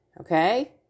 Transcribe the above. Okay